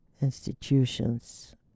institutions